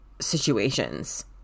situations